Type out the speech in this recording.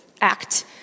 act